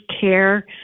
care